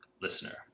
Listener